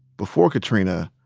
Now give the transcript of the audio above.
before katrina,